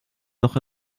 noch